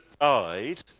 died